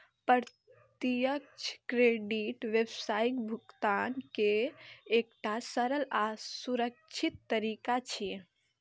प्रत्यक्ष क्रेडिट व्यावसायिक भुगतान के एकटा सरल आ सुरक्षित तरीका छियै